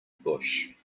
bush